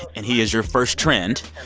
and he is your first trend.